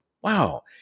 wow